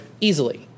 Easily